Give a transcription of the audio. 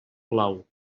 blau